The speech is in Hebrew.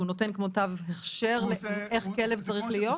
שהוא נותן כמו תו הכשר איך כלב צריך להיות?